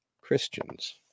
Christians